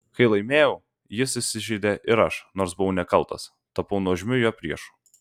kai laimėjau jis įsižeidė ir aš nors buvau nekaltas tapau nuožmiu jo priešu